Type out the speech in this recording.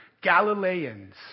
Galileans